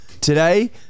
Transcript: Today